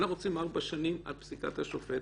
אנחנו רוצים 4 שנים עד פסיקת השופט.